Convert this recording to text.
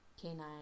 Canine